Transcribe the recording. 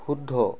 শুদ্ধ